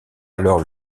alors